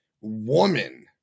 woman